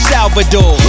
Salvador